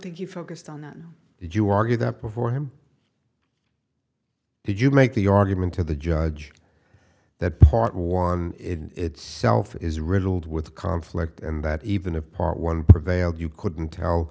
you focused on that would you argue that before him did you make the argument to the judge that part one it self is riddled with conflict and that even if part one prevailed you couldn't tell